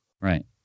Right